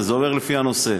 וזה עובר לפי הנושא.